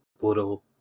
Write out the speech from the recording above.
little